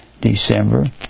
December